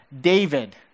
David